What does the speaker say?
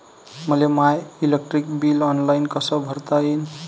मले my electric bill online कस भरता येईन?